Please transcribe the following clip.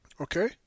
Okay